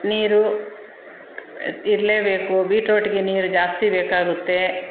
ನೀರು ಇರಲೇಬೇಕು ಬಿಟ್ರೂಟ್ಗೆ ನೀರು ಜಾಸ್ತಿ ಬೇಕಾಗುತ್ತೆ